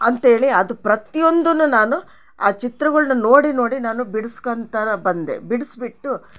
ಅಂತೇಳಿ ಅದು ಪ್ರತಿಯೊಂದುನು ನಾನು ಆ ಚಿತ್ರಗಳನ್ನ ನೋಡಿ ನೋಡಿ ನಾನು ಬಿಡ್ಸ್ಕೊಳ್ತರ ಬಂದೆ ಬಿಡ್ಸ್ಬಿಟ್ಟು